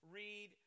read